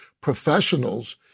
professionals